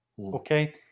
Okay